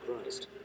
Christ